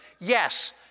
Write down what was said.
yes